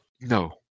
No